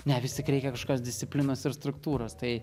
ne vistik reikia kažkokios disciplinos ir struktūros tai